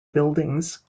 buildings